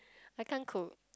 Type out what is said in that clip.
I can't cook